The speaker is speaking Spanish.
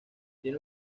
tiene